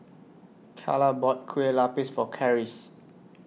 Calla bought Kueh Lapis For Karis